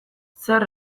zer